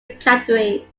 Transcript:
categories